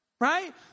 right